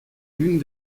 l’une